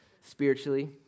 Spiritually